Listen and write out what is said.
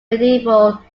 medieval